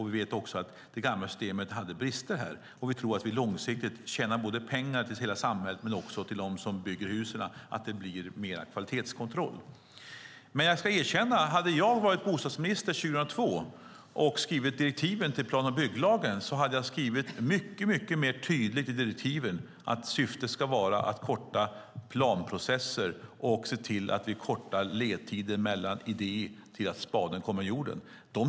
Vi vet att det gamla systemet hade brister, och vi tror att både samhälle och husbyggare långsiktigt tjänar pengar på att det blir mer kvalitetskontroll. Hade jag varit bostadsminister 2002 och skrivit direktiven till plan och bygglagen hade jag skrivit mycket tydligare i direktiven att syftet skulle vara att korta planprocesser och ledtider mellan idé och första spadtag.